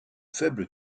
faible